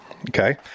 Okay